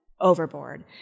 overboard